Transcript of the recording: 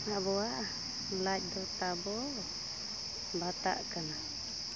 ᱟᱵᱚᱣᱟᱜ ᱞᱟᱡ ᱫᱚ ᱛᱟᱵᱚ ᱵᱷᱟᱛᱟᱜ ᱠᱟᱱᱟ